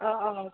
অঁ অঁ